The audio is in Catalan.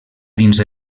dins